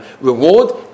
reward